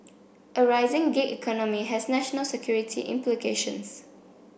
a rising gig economy has national security implications